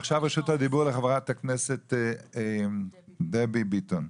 עכשיו רשות הדיבור לחברת הכנסת דבי ביטון,